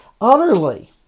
utterly